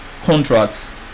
contracts